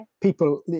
people